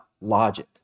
logic